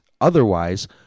otherwise